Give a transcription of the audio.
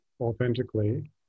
authentically